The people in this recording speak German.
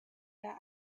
der